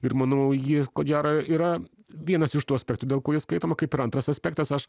ir manau ji ko gera yra vienas iš tų aspektų dėl ko ji skaitoma kaip ir antras aspektas aš